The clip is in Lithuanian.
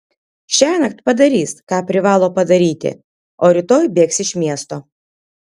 šiąnakt padarys ką privalo padaryti o rytoj bėgs iš miesto